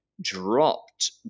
dropped